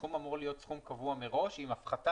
הסכום אמור להיות סכום קבוע מראש עם הפחתה